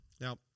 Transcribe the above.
Now